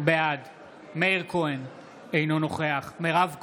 בעד מאיר כהן, אינו נוכח מירב כהן,